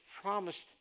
promised